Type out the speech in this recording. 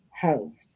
home